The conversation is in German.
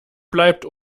bleibt